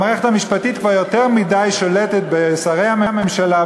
המערכת המשפטית כבר יותר מדי שולטת בשרי הממשלה,